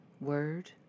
word